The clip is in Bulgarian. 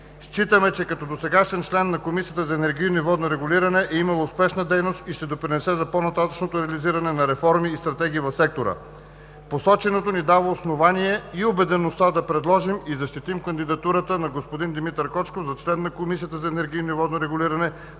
Считаме, че като досегашен член на Комисията за енергийно и водно регулиране е имал успешна дейност и ще допринесе за по-нататъшното реализиране на реформи и стратегии в сектора. Посоченото ни дава основание и убедеността да предложим и защитим кандидатурата на господин Димитър Кочков за член на Комисията за енергийно и водно регулиране